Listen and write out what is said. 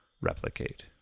replicate